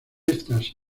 estas